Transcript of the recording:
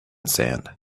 sand